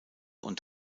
und